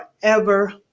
forever